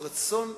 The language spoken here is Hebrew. אחרת.